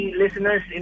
listeners